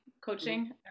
coaching